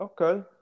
okay